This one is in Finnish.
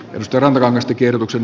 nostromodomestic ehdotuksen